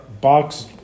box